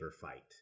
fight